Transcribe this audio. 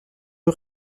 eux